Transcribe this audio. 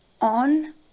on